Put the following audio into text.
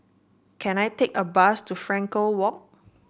can I take a bus to Frankel Walk